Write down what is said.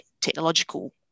technological